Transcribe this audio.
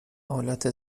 آلت